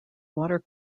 water